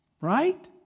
right